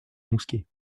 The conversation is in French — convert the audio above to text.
mousquet